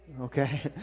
okay